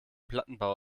plattenbau